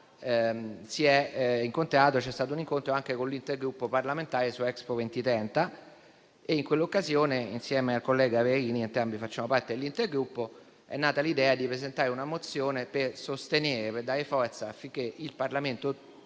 c'è stato un incontro anche con l'Intergruppo parlamentare su Expo 2030. In quell'occasione, insieme al collega Verini (entrambi facciamo parte dell'Intergruppo), è nata l'idea di presentare una mozione affinché il Parlamento